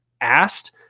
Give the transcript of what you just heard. asked